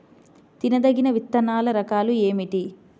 తినదగిన విత్తనాల రకాలు ఏమిటి?